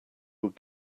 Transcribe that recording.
would